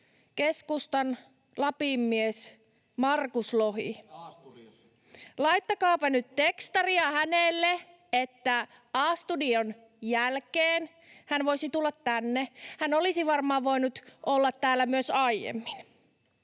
Könttä: A-studiossa!] — Laittakaapa nyt tekstaria hänelle, että A-studion jälkeen hän voisi tulla tänne, hän olisi varmaan voinut olla täällä myös aiemmin.